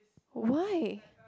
why